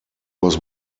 was